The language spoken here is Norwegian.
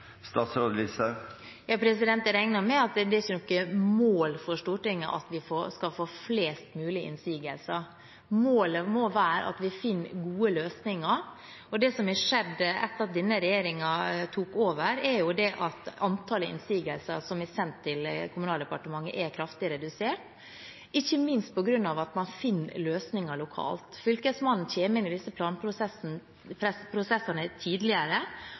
regner med at det ikke er noe mål for Stortinget at vi skal få flest mulig innsigelser. Målet må være at vi finner gode løsninger. Det som har skjedd etter at denne regjeringen tok over, er at antallet innsigelser som er sendt til Kommunaldepartementet, er kraftig redusert, ikke minst på grunn av at man finner løsninger lokalt. Fylkesmannen kommer inn i disse planprosessene tidligere, og man avklarer spørsmål f.eks. knyttet til jordvern på et tidligere